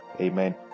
Amen